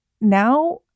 now